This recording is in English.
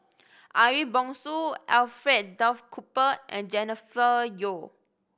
Ariff Bongso Alfred Duff Cooper and Jennifer Yeo